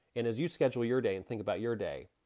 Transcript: and as you schedule your day and think about your day,